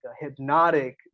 hypnotic